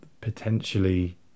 potentially